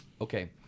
Okay